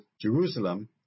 Jerusalem